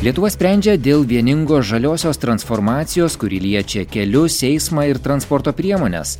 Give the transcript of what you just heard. lietuva sprendžia dėl vieningos žaliosios transformacijos kuri liečia kelius eismą ir transporto priemones